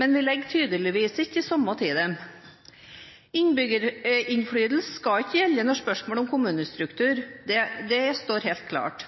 men vi legger tydeligvis ikke det samme i dem. Innbyggerinnflytelse skal ikke gjelde i spørsmål om kommunestruktur. Det står helt klart.